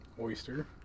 Oyster